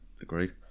agreed